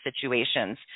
situations